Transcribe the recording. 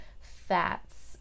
fats